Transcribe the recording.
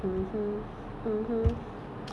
women who who who